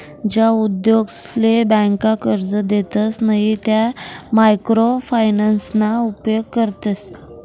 ज्या उद्योगसले ब्यांका कर्जे देतसे नयी त्या मायक्रो फायनान्सना उपेग करतस